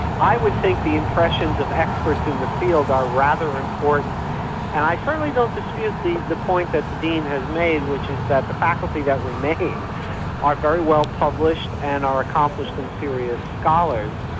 i would think the impressions of experts in the field are rather important, and i certainly don't dispute the the point that the dean has made, which is that the faculty that remains are very well published, and are accomplished in serious scholars,